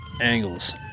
angles